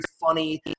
funny